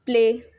play